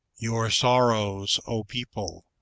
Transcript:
your sorrows o people,